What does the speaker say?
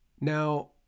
Now